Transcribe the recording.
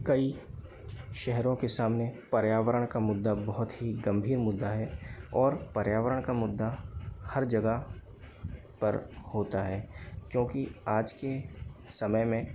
कई शहरों के सामने पर्यावरण का मुद्दा बहुत ही गंभीर मुद्दा है और पर्यावरण का मुद्दा हर जगह पर होता है क्योंकि आज के समय में